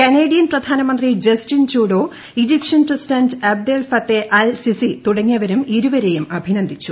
Canadian പ്രധാനമന്ത്രി Justin ട്യൂഡോ Egyptian president Abdel Fattah al Sisi തുടങ്ങിയവരും ഇരുവരേയും അഭിനന്ദിച്ചു